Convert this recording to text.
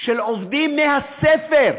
של עובדים, מהספר.